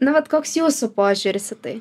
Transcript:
nu vat koks jūsų požiūris į tai